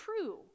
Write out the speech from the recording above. true